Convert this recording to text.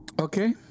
Okay